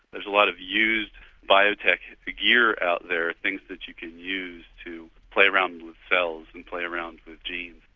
there's a lot of used biotech gear out there, things that you can use to play around with cells and play around with genes.